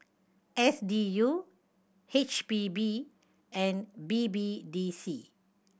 S D U H P B and B B D C